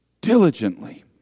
diligently